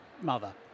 mother